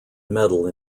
medal